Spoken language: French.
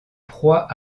proie